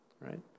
right